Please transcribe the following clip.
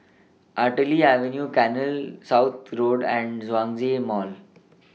Artillery Avenue Canal South Road and Zhongshan Mall